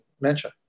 mention